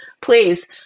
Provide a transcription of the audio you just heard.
Please